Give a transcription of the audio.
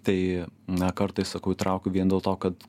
tai na kartais sakau įtraukiu vien dėl to kad